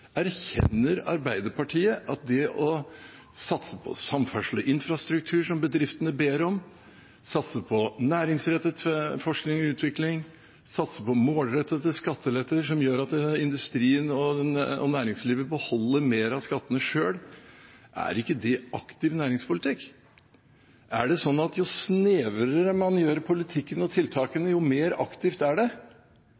Erkjenner ikke Arbeiderpartiet at det å satse på samferdsel og infrastruktur som bedriftene ber om, satse på næringsrettet forskning og utvikling, satse på målrettede skatteletter som gjør at industrien og næringslivet beholder mer av skattene selv, er aktiv næringspolitikk? Er det sånn at jo snevrere man gjør politikken og